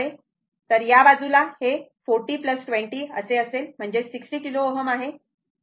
तर या बाजूला हे 40 20 असेल म्हणजेच 60 किलो Ω आहे